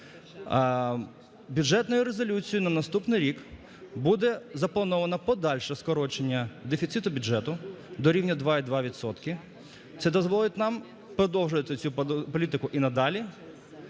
Бюджетною резолюцією на наступний рік буде заплановано подальше скорочення дефіциту бюджету до рівня 2,2 відсотки, це дозволить нам продовжувати цю політику і надалі.